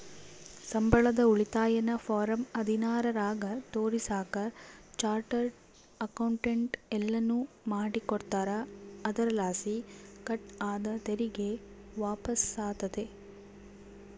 ಸಂಬಳದ ಉಳಿತಾಯನ ಫಾರಂ ಹದಿನಾರರಾಗ ತೋರಿಸಾಕ ಚಾರ್ಟರ್ಡ್ ಅಕೌಂಟೆಂಟ್ ಎಲ್ಲನು ಮಾಡಿಕೊಡ್ತಾರ, ಅದರಲಾಸಿ ಕಟ್ ಆದ ತೆರಿಗೆ ವಾಪಸ್ಸಾತತೆ